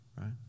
right